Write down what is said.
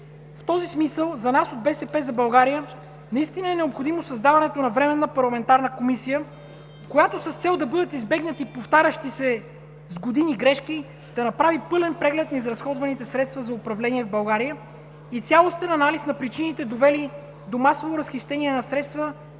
В този смисъл за нас от „БСП за България“ наистина е необходимо създаването на временна парламентарна комисия, която с цел да бъдат избегнати повтарящи се с години грешки да направи пълен преглед на изразходваните средства за управление в България и цялостен анализ на причините, довели до масово разхищение на средства,